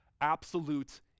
absolute